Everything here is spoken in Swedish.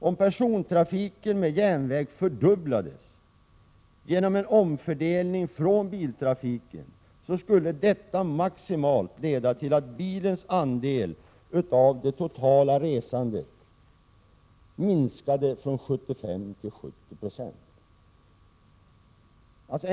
Om persontrafiken med järnväg fördubblades genom en omfördelning från biltrafiken skulle detta maximalt leda till att bilens andel av det totala resandet minskade från 75 till knappt 70 926.